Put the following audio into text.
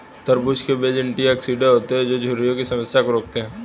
तरबूज़ के बीज एंटीऑक्सीडेंट होते है जो झुर्रियों की समस्या को रोकते है